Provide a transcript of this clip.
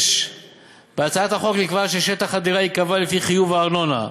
6. בהצעת החוק נקבע ששטח הדירה ייקבע לפי חיוב הארנונה.